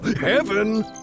Heaven